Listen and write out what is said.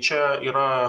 čia yra